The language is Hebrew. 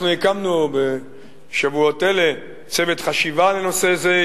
הקמנו בשבועות אלה צוות חשיבה לנושא זה,